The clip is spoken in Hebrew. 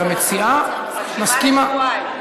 והמציעה מסכימה.